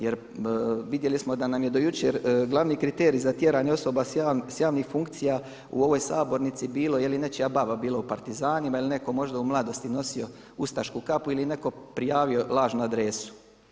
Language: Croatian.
Jer vidjeli smo da nam je do jučer glavni kriterij za tjeranje osoba sa javnih funkcija u ovoj sabornici bilo je li nečija baba bila u partizanima ili je netko možda u mladosti nosio ustašku kapu ili je netko prijavio lažnu adresu.